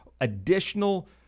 additional